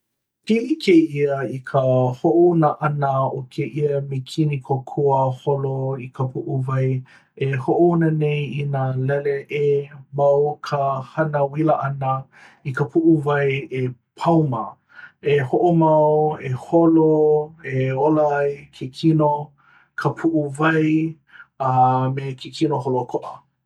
pili kēia i ka hoʻouna ʻana o kēia mikini kōkua holo i ka puʻuwai e hoʻouna nei i nā lele ʻē ma o ka hana ʻuila ʻana i ka puʻuwai e pauma e hoʻomau, e holo, e ola ai ke kino, ka puʻuwai, a me ke kino holoʻōkoʻa.